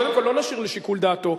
קודם כול, לא נשאיר לשיקול דעתו.